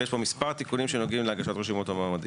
ויש פה מספר תיקונים שנוגעים להגשת רשימות או מועמדים: